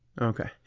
Okay